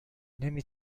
نمی